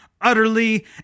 utterly